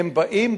הם באים,